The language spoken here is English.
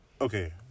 okay